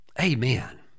Amen